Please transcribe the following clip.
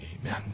Amen